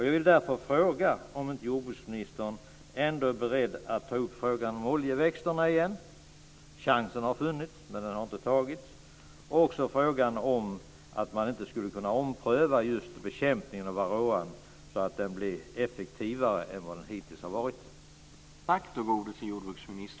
Jag vill därför fråga om inte jordbruksministern ändå är beredd att ta upp frågan om oljeväxterna igen. Chansen har funnits, men den har inte tagits. Jag vill också fråga om man inte skulle kunna ompröva bekämpningen av varroakvalsret, så att den blir effektivare än vad den hittills har varit.